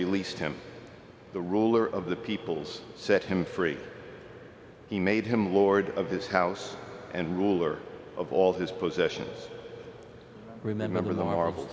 released him the ruler of the peoples set him free he made him lord of his house and ruler of all his possessions remember the